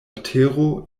tero